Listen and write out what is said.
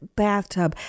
bathtub